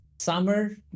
summer